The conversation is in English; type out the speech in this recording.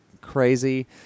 crazy